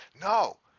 No